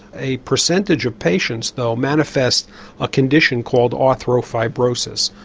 a percentage of patients though manifest a condition called arthro fibrosis,